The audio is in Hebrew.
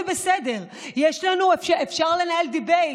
זה בסדר; אפשר לנהל דיבייט,